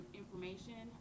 information